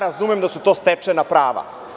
Razumem da su to stečena prava.